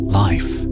life